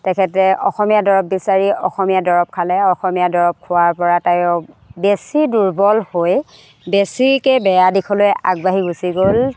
তেখেতে অসমীয়া দৰৱ বিচাৰি অসমীয়া দৰৱ খালে অসমীয়া দৰৱ খোৱাৰ পৰা তাই বেছি দুৰ্বল হৈ বেছিকৈ বেয়া দিশলৈ আগবাঢ়ি গুচি গ'ল